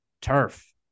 turf